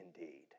indeed